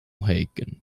hagen